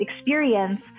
experience